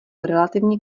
relativně